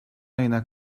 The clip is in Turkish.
ayına